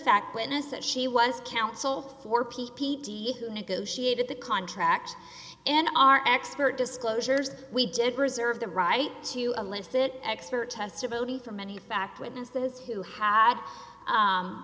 fact witness that she was counsel for p p t negotiated the contract in our expert disclosures we didn't reserve the right to elicit expert testimony from any fact witnesses who had